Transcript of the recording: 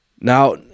Now